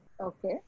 Okay